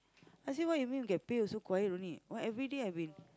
I say what you mean get pay also quiet only what everyday I've been